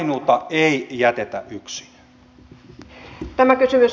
kainuuta ei jätetä yksin